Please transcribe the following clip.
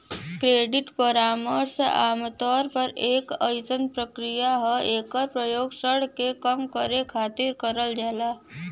credit परामर्श आमतौर पर एक अइसन प्रक्रिया हौ एकर प्रयोग ऋण के कम करे खातिर करल जाला